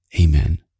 amen